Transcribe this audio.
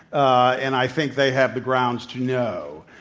and i think they have the grounds to know.